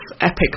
epic